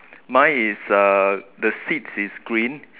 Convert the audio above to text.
mine is uh the seats is green